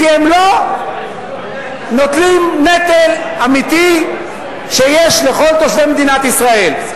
כי הם לא נוטלים נטל אמיתי שיש לכל תושבי מדינת ישראל.